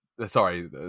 Sorry